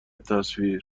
تصویر